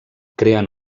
creant